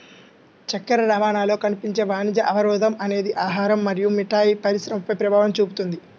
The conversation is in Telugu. చక్కెర రవాణాలో కనిపించే వాణిజ్య అవరోధం అనేది ఆహారం మరియు మిఠాయి పరిశ్రమపై ప్రభావం చూపుతుంది